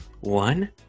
one